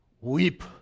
Weep